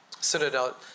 Citadel